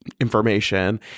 information